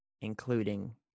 including